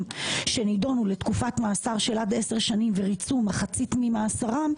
שנדונו לתקופת מאסר של עד 10 שנים וריצו מחצית ממאסרם,